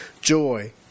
joy